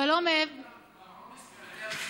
בבאר שבע,